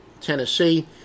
Tennessee